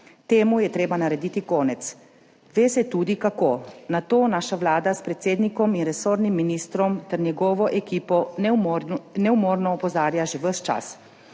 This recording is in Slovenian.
Temu je treba narediti konec. Ve se tudi, kako. Na to naša vlada s predsednikom in resornim ministrom ter njegovo ekipo neumorno opozarja že ves